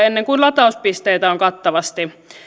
ennen kuin latauspisteitä on kattavasti